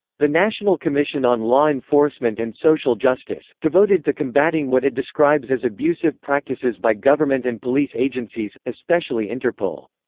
the national commission on law enforcement and social justice, devoted to combating what it describes as abusive practices by government and police agencies, especially interpol.